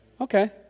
Okay